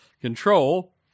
control